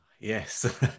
yes